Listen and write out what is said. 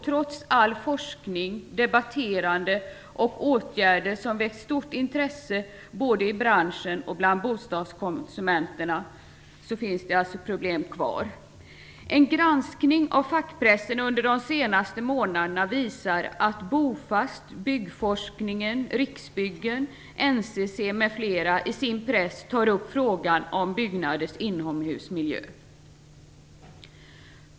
Trots all forskning, allt debatterande och alla åtgärder, som väckt stort intresse både i branschen och bland bostadskonsumenterna, finns det alltså problem kvar. En granskning av fackpressen under de senaste månaderna visar att Byggforskningen i sin tidning Bo Fast, Riksbyggen och NCC m.fl. i sin press tar upp frågan om byggnaders inomhusmiljö.